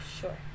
Sure